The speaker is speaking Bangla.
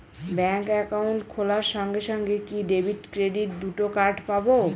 ব্যাংক অ্যাকাউন্ট খোলার সঙ্গে সঙ্গে কি ডেবিট ক্রেডিট দুটো কার্ড পাবো?